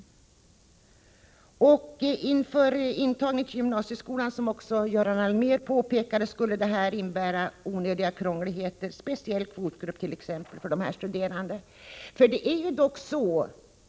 I fråga om intagning till gymnasieskolan skulle det, som också Göran Allmér påpekade, innebära onödiga krångligheter, t.ex. speciell kvotgrupp för komvuxstuderande.